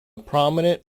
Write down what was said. prominent